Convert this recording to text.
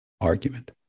argument